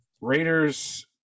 Raiders